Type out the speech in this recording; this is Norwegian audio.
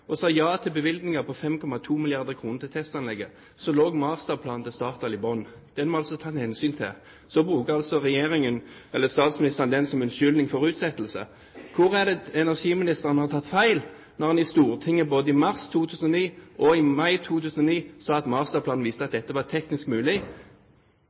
og sa ja til bevilgninger på 5,2 milliarder kr til testanlegget, lå masterplanen til Statoil i bunnen. Det må man ta hensyn til. Nå bruker altså statsministeren den som unnskyldning for en utsettelse. Hvor har energiministeren tatt feil når han i Stortinget både i mars 2009 og i mai 2009 sa at masterplanen viste at